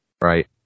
right